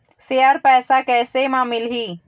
Share पैसा कैसे म मिलही?